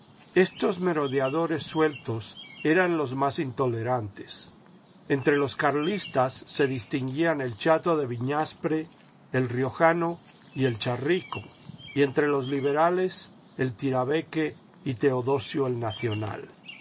estos merodeadores sueltos eran los más intolerantes entre los carlistas se distinguían el chato deviñaspre el riojano y el charrico y entre los liber des el tirabeque y teodosio el nacional